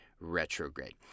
retrograde